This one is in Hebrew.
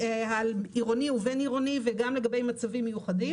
עירוני ובין-עירוני, וגם לגבי מצבים מיוחדים